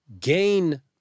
gain